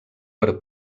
per